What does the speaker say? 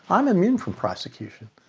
i'm immune from prosecution.